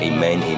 Amen